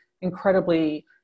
incredibly